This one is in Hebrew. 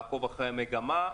לעקוב אחרי המגמה,